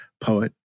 poet